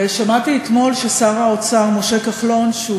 ושמעתי אתמול ששר האוצר משה כחלון,